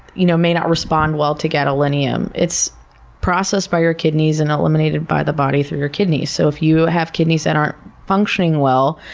you know may not respond well to gadolinium. it's processed by your kidneys and eliminated by the body through your kidneys. so if you have kidneys that and aren't functioning well,